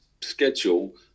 schedule